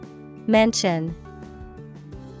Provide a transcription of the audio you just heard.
Mention